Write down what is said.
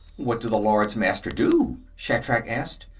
what do the lords-master do? shatrak asked.